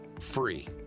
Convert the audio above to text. free